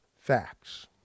facts